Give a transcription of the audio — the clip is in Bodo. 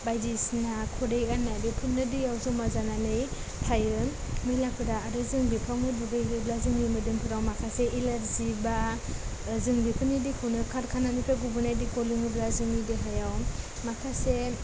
बायदिसिना खुदै गारनाय बेफोरनो दैयाव जमा जानानै थायो मैलाफोरा आरो जों बेफ्रावनो दुगैहैयोब्ला जोंनि मोदोमफोराव माखासे एलारजि बा जों बेफोरनि दैखौनो कारखानानिफ्राय ग'बोनाय गुबुंनाय दैखौ लोङोब्ला जोंनि देहायाव माखासे